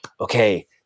okay